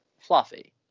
fluffy